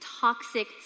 toxic